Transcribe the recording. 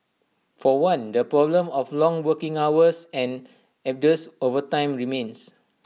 for one their problem of long working hours and arduous overtime remains